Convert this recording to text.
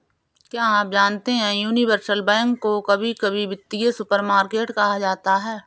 क्या आप जानते है यूनिवर्सल बैंक को कभी कभी वित्तीय सुपरमार्केट कहा जाता है?